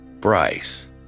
Bryce